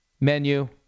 menu